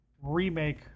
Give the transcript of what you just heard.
remake